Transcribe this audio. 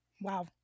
wow